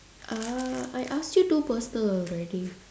uh I asked you two personal already